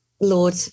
Lord